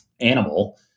animal